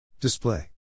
Display